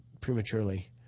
prematurely